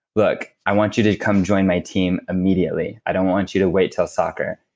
look, i want you to come join my team immediately. i don't want you to wait until soccer.